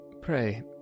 Pray